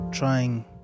trying